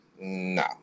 no